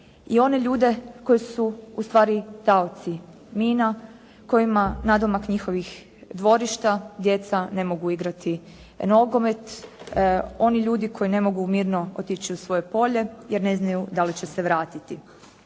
i one ljude koji su u stvari taoci mina kojima nadomak njihovih dvorišta djeca ne mogu igrati nogomet, oni ljudi koji ne mogu mirno otići u svoje polje jer ne znaju da li će se vratiti.